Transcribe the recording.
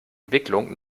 entwicklung